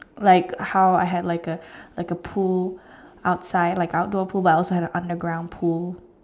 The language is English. like how I had like a like a pool outside like outdoor pool but I also have an underground pool